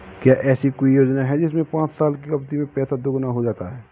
क्या ऐसी कोई योजना है जिसमें पाँच साल की अवधि में पैसा दोगुना हो जाता है?